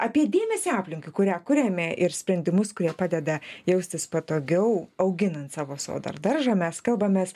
apie dėmesį aplinkai kurią kuriame ir sprendimus kurie padeda jaustis patogiau auginant savo sodą ar daržą mes kalbamės